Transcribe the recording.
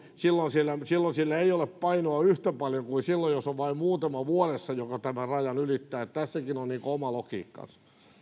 sillä ei ole painoa yhtä paljon kuin silloin jos on vain muutama vuodessa joka tämän rajan ylittää että tässäkin on oma logiikkansa